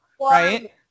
right